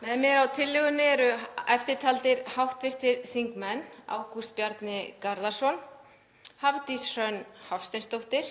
Með mér á tillögunni eru eftirtaldir hv. þingmenn: Ágúst Bjarni Garðarsson, Hafdís Hrönn Hafsteinsdóttir,